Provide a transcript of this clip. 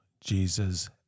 Jesus